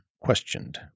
questioned